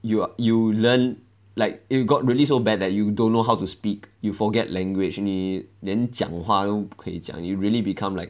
you you learn like if it got really so bad that you don't know how to speak you forget language 你连讲话都可以不可以讲 you really become like